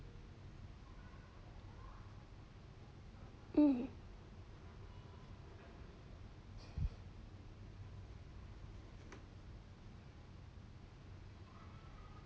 hmm